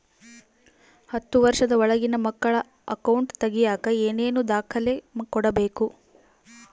ಹತ್ತುವಷ೯ದ ಒಳಗಿನ ಮಕ್ಕಳ ಅಕೌಂಟ್ ತಗಿಯಾಕ ಏನೇನು ದಾಖಲೆ ಕೊಡಬೇಕು?